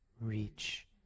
reach